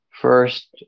First